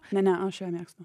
ne ne aš ją mėgstu